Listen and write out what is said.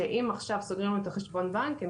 שאם סוגרים להן עכשיו את חשבון הבנק הן